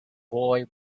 boy